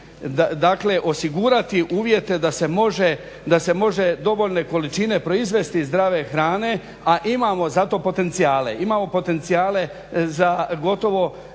dakle osigurati uvjete da se može dovoljne količine proizvesti zdrave hrane a imamo zato potencijale, imamo potencijale za gotovo